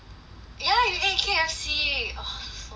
ya you ate K_F_C ah so annoying